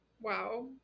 Wow